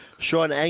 Sean